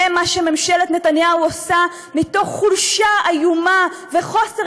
זה מה שממשלת נתניהו עושה מתוך חולשה איומה וחוסר